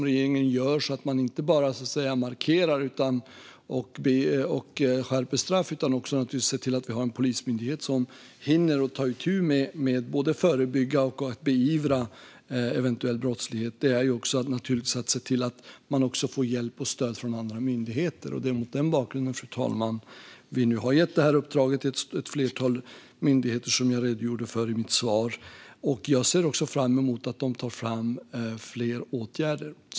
Man ska inte bara markera och skärpa straff utan också se till att vi har en polismyndighet som hinner ta itu med att både förebygga och beivra eventuell brottslighet. Men man ska också se till att få hjälp och stöd från andra myndigheter, och det är mot den bakgrunden som vi nu har gett detta uppdrag till ett flertal myndigheter, vilket jag redogjorde för i mitt svar. Jag ser fram emot att de tar fram fler åtgärder.